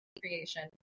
creation